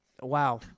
Wow